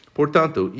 Portanto